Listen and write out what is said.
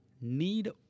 need